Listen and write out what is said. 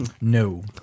No